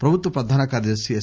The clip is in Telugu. ప్రభుత్వ ప్రధాన కార్యదర్శి ఎస్